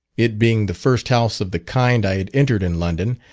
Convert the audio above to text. it being the first house of the kind i had entered in london,